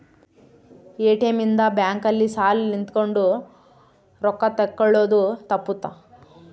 ATM ಇಂದ bank ಅಲ್ಲಿ ಸಾಲ್ ನಿಂತ್ಕೊಂಡ್ ರೊಕ್ಕ ತೆಕ್ಕೊಳೊದು ತಪ್ಪುತ್ತ